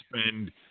spend